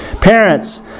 Parents